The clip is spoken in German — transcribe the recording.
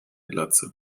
glatze